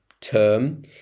term